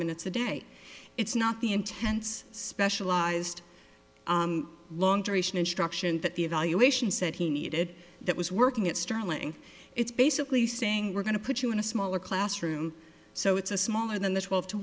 minutes a day it's not the intense specialized long duration instruction that the evaluation said he needed that was working at stirling it's basically saying we're going to put you in a smaller classroom so it's a smaller than the twelve to